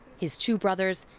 his two brothers,